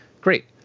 Great